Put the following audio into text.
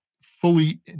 fully